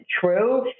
true